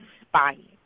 spying